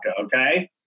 okay